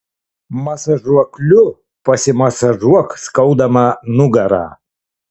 masažuokliu pasimasažuok skaudamą nugarą